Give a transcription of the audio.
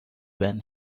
when